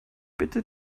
bitte